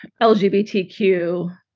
LGBTQ